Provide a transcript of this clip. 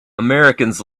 americans